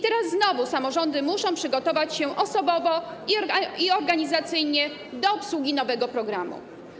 Teraz samorządy muszą przygotować się osobowo i organizacyjnie do obsługi nowego programu.